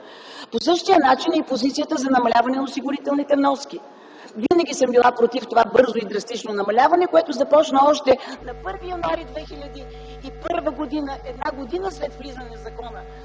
По същия начин е и позицията за намаляване на осигурителните вноски. Винаги съм била против това бързо и драстично намаляване, което започна още на 1 януари 2001 г. - една година след влизане в сила